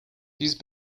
these